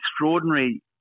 extraordinary